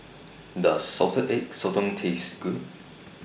Does Salted Egg Sotong Taste Good